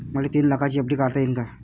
मले तीन लाखाची एफ.डी काढता येईन का?